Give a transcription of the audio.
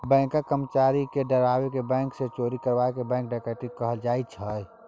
बैंकक कर्मचारी केँ डराए केँ बैंक सँ चोरी करब केँ बैंक डकैती कहल जाइ छै